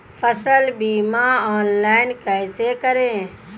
फसल बीमा ऑनलाइन कैसे करें?